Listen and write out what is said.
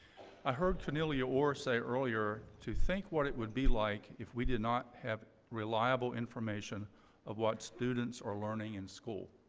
i heard cornelia orr say earlier to think what it would be like if we did not have reliable information of what students are learning in school.